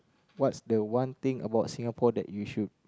what's the one thing about Singapore that you should